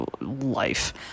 life